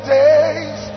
days